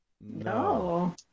No